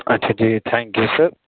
اچھا ٹھیک ہے تھینک یو سر